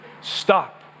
stop